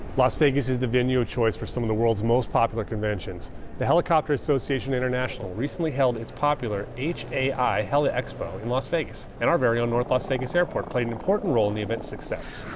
las vegas is the venue of choice for some of the world's most popular conventions the helicopter association international recently held its popular h ai held expo in las vegas and our very own north las vegas airport played an important role in the event success